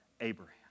Abraham